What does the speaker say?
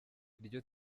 iryo